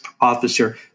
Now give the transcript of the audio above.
officer